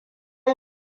yi